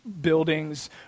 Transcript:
Buildings